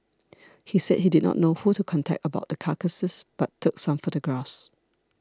he said he did not know who to contact about the carcasses but took some photographs